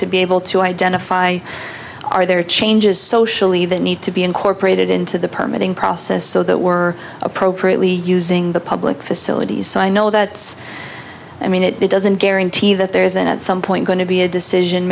to be able to identify are there changes socially that need to be incorporated into the permit in process so that we're appropriately using the public facilities so i know that's i mean it doesn't guarantee that there isn't at some point going to be a decision